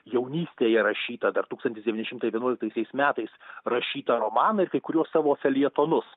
jaunystėje rašytą dar tūkstantis devyni šimtai vienuoliktaisiais metais rašytą romaną ir kai kuriuos savo feljetonus